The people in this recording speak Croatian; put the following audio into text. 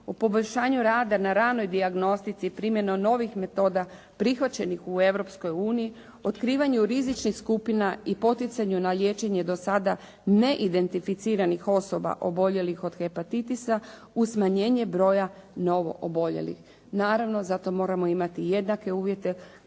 u poboljšanju radu na ranoj dijagnostici primjenom novih metoda prihvaćenih u Europskih uniji, otkrivanju rizičnih skupina i poticanju na liječenje do sada neidentificiranih osoba oboljelih od hepatitisa, uz smanjenje broja novooboljelih. Naravno, za to moramo imati jednake uvjete